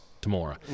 tomorrow